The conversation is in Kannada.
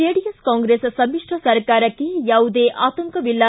ಜೆಡಿಎಸ್ ಕಾಂಗ್ರೆಸ್ ಸಮಿಶ್ರ ಸರ್ಕಾರಕ್ಕೆ ಯಾವುದೇ ಆತಂಕವಿಲ್ಲ